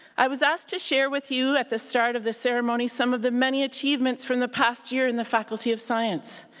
i was asked to share with you at the start of the ceremony some of the many achievements from the past year in the faculty of science.